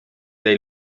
dai